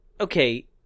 okay